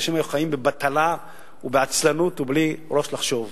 אנשים היו חיים בבטלה ובעצלנות ובלי ראש לחשוב.